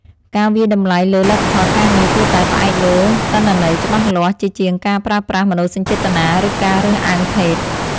ការវាយតម្លៃលើលទ្ធផលការងារគួរតែផ្អែកលើទិន្នន័យច្បាស់លាស់ជាជាងការប្រើប្រាស់មនោសញ្ចេតនា ឬការរើសអើងភេទ។